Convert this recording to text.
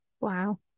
Wow